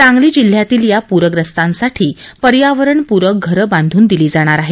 सांगली जिल्ह्यातील या पूर्यस्तांसाठी पर्यावरण पूरक घर बांधून दिली जाणार आहेत